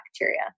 bacteria